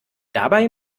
dabei